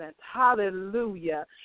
Hallelujah